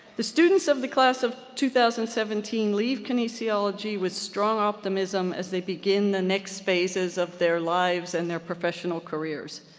the students of the class of two thousand and seventeen leave kinesiology with strong optimism as they begin the next phases of their lives and their professional careers.